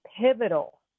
pivotal